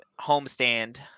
homestand